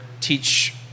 teach